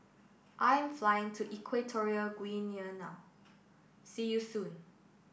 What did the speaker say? I'm flying to Equatorial Guinea now see you soon